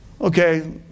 okay